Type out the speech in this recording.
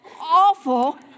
awful